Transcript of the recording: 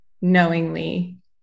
knowingly